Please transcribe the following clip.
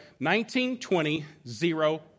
1920